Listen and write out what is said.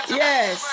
yes